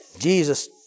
Jesus